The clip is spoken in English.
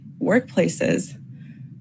workplaces